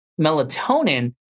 melatonin